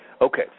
Okay